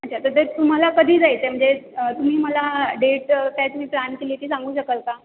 अच्छा तर ते तुम्हाला कधी जायचं आहे म्हणजे तुम्ही मला डेट काही तुम्ही प्लान केली आहे ती तुम्ही सांगू शकाल का